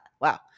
Wow